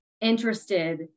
interested